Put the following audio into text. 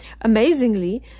Amazingly